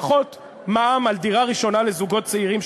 פחות מע"מ על דירה ראשונה לזוגות צעירים,